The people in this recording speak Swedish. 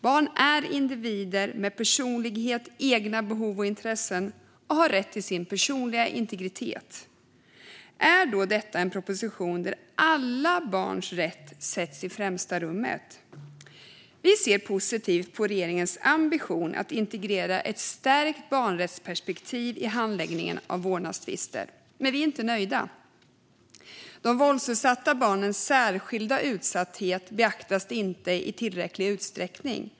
Barn är individer med personligheter, egna behov och egna intressen och har rätt till sin personliga integritet. Är då detta en proposition där alla barns rätt sätts i främsta rummet? Vi ser positivt på regeringens ambition att integrera ett stärkt barnrättsperspektiv i handläggningen av vårdnadstvister. Men vi är inte nöjda. De våldsutsatta barnens särskilda utsatthet beaktas inte i tillräckligt stor utsträckning.